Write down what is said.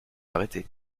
arrêter